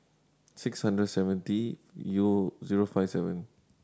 six hundred seventy zero five seven